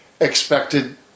expected